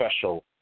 special